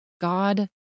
god